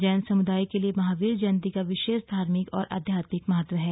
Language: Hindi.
जैन समुदाय के लिए महावीर जयंती का विशेष धार्मिक और आध्यात्मिक महत्व है